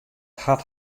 hart